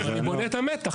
אני בונה את המתח.